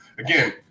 Again